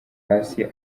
hasi